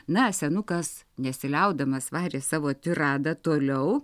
na senukas nesiliaudamas varė savo tiradą toliau